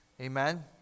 Amen